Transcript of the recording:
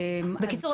בקיצור,